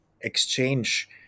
exchange